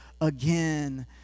Again